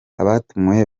abatumiwe